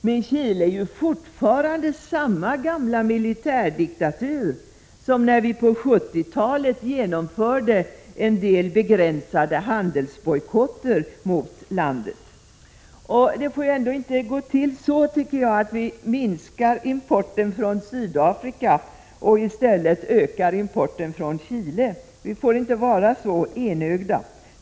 Men Chile är fortfarande samma gamla militärdiktatur som när vi på 1970-talet genomförde en del begränsade handelsbojkotter mot landet. Det får inte gå till så att vi minskar importen från Sydafrika och i stället ökar importen från Chile — vi får inte vara så enögda.